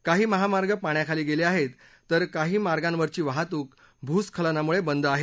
काही महामार्ग पाण्याखाली गेले आहेत तर काही मार्गावरची वाहतूक भूस्खलनामुळे बंद आहे